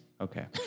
Okay